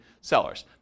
sellers